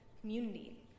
community